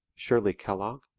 shirley kellogg,